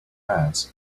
ask